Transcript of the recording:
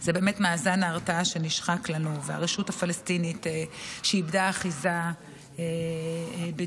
זה מאזן ההרתעה שנשחק לנו והרשות הפלסטינית שאיבדה אחיזה בג'נין.